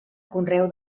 conreu